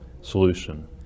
solution